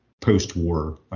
post-war